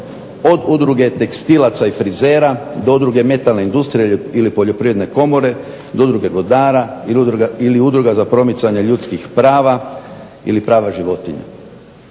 od udruge tekstilaca i frizera do udruge metalne industrije ili poljoprivredne komore do udruge godara ili udruga za promicanje ljudskih prava ili prava životinja.